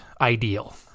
ideal